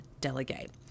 delegate